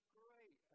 great